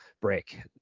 break